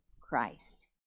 Christ